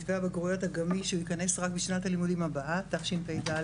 מתווה הבגרויות הגמיש שייכנס רק בשנה הבאה תשפ"ד,